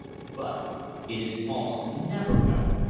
but it is almost never done.